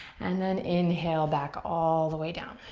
and then inhale back all the way down.